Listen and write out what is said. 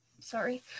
sorry